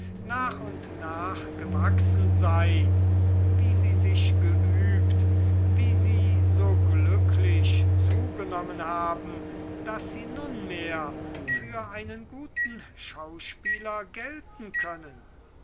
nach und nach gewachsen sei wie sie sich geübt wie sie so glücklich zugenommen haben daß sie nunmehr für einen guten schauspieler gelten können